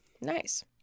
Nice